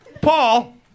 Paul